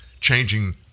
changing